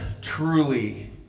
truly